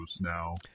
now